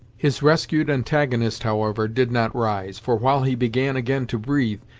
his rescued antagonist, however, did not rise, for while he began again to breathe,